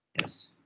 Yes